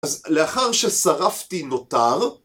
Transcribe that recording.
אז לאחר ששרפתי נותר